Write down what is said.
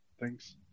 Thanks